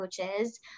coaches